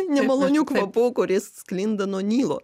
nemaloniu kvapu kuris sklinda nuo nilo